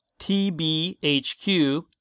TbHQ